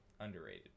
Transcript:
underrated